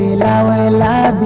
la la la